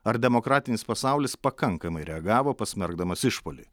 ar demokratinis pasaulis pakankamai reagavo pasmerkdamas išpuolį